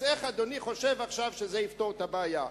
אז איך אדוני חושב עכשיו שזה יפתור את הבעיה?